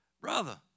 brother